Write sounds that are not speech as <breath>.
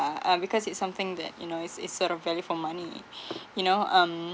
uh because it's something that you know it's it's sort of value for money <breath> you know um